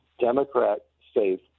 Democrat-safe